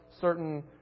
certain